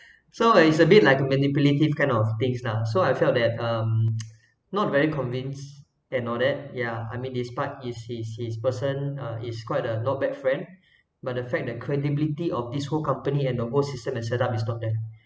so uh it's a bit like manipulative kind of things lah so I feel that um not very convinced and all that yeah I mean this part is his his person uh is quite a not bad friend but the fact that credibility of this whole company and the whole system that set up is not that